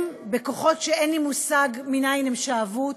הם, בכוחות שאין לי מושג מנין הם שאבו אותם,